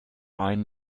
einen